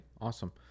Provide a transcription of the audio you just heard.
awesome